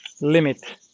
limit